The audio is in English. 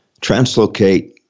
translocate